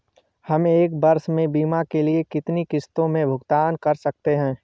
हम एक वर्ष में बीमा के लिए कितनी किश्तों में भुगतान कर सकते हैं?